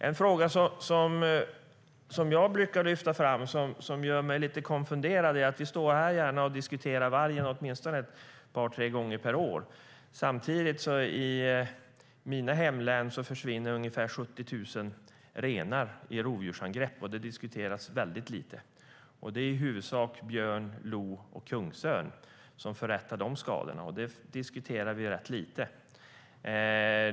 En fråga som jag brukar lyfta fram och som gör mig lite konfunderad är att vi gärna står här och diskuterar vargen åtminstone ett par tre gånger per år. Samtidigt försvinner i mitt hemlän ungefär 70 000 renar på grund av rovdjursangrepp. Det diskuteras väldigt lite. Det är i huvudsak björn, lo och kungsörn som orsakar dessa skador, och det diskuterar vi rätt lite.